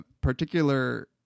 particular